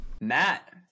Matt